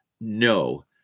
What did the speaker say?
no